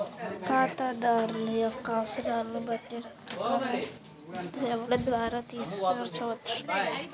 ఖాతాదారుల యొక్క అవసరాలను బట్టి రకరకాల సేవల ద్వారా తీర్చవచ్చు